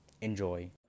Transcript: Enjoy